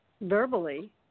verbally